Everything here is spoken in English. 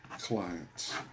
clients